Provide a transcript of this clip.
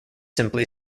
simply